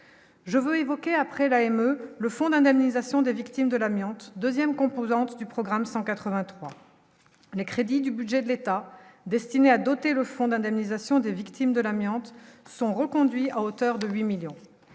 Je veux évoquer après la AME le fonds d'indemnisation des victimes de l'amiante 2ème composante du programme 183 les crédits du budget de l'État destiné à doter le fonds d'indemnisation des victimes de l'amiante sont reconduits à hauteur de lui millions,